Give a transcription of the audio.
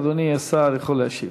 אדוני השר יכול להשיב.